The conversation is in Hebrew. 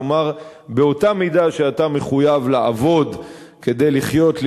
כלומר באותה מידה שאתה מחויב לעבוד כדי לחיות,